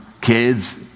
kids